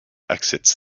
exits